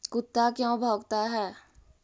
कुत्ता क्यों भौंकता है?